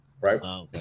right